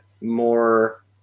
more